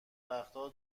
وقتها